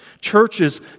churches